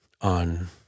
on